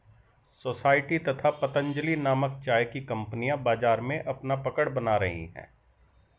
society तथा पतंजलि नामक चाय की कंपनियां बाजार में अपना पकड़ बना रही है